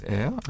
Air